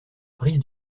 brise